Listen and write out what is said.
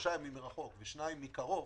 ושניים מקרוב,